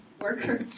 worker